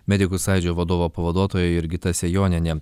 medikų sąjūdžio vadovo pavaduotoja jurgita sejonienė